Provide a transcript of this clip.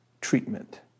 treatment